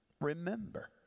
remember